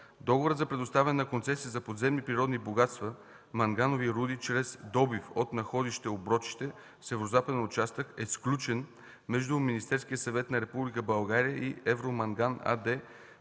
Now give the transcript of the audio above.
Договорът за предоставяне на концесия за подземни природни богатства – манганови руди чрез добив от находище „Оброчище”, северозападен участък, е сключен между Министерския съвет на Република България